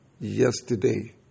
yesterday